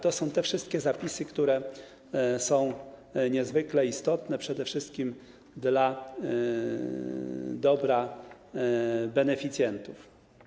To są te wszystkie zapisy, które są niezwykle istotne, przede wszystkim dla dobra beneficjentów.